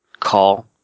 Call